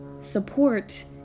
support